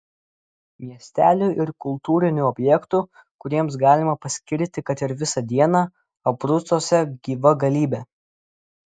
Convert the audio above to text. miestelių ir kultūrinių objektų kuriems galima paskirti kad ir visą dieną abrucuose gyva galybė